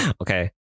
Okay